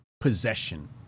possession